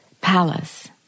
Palace